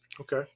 Okay